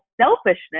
selfishness